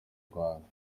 rwanda